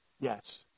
Yes